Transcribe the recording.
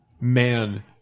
Man